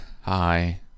hi